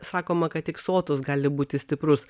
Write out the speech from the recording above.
sakoma kad tik sotus gali būti stiprus